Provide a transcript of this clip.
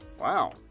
Wow